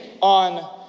on